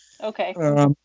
Okay